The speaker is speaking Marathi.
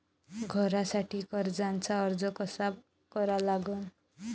घरासाठी कर्जाचा अर्ज कसा करा लागन?